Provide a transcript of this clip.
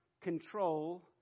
control